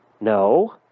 No